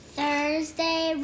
Thursday